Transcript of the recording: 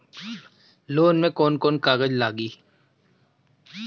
Loan में कौन कौन कागज लागी?